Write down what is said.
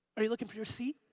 are you looking for your seat?